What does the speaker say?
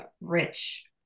rich